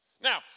Now